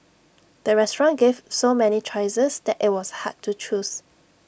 the restaurant gave so many choices that IT was hard to choose